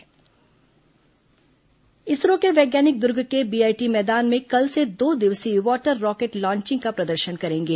water rocket launching ISRO के वैज्ञानिक दर्ग के बीआईटी मैदान में कल से दो दिवसीय वाटर रॉकेट लॉचिंग का प्रदर्शन करेंगे